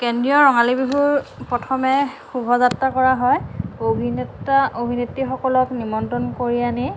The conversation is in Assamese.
কেন্দ্ৰীয় ৰঙালী বিহু প্ৰথমে শুভাযাত্ৰা কৰা হয় অভিনেতা অভিনেত্ৰীসকলক নিমন্ত্ৰণ কৰি আনি